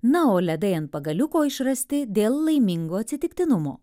na o ledai ant pagaliuko išrasti dėl laimingo atsitiktinumo